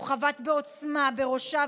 הוא חבט בעוצמה בראשה,